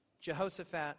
Jehoshaphat